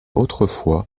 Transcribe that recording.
autrefois